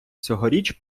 цьогоріч